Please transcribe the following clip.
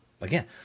again